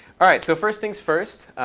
all right, so first things first.